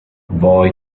وای